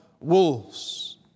wolves